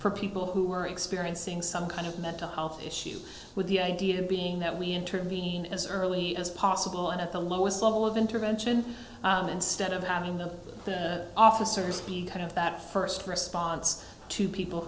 for people who are experiencing some kind of mental health issues with the idea being that we intervene as early as possible at the lowest level of intervention instead of having the officers be kind of that first response to people